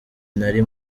nari